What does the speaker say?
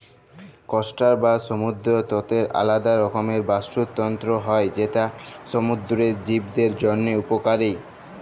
coastal বা সমুদ্দর তটের আলেদা রকমের বাস্তুতলত্র হ্যয় যেট সমুদ্দুরের জীবদের জ্যনহে উপকারী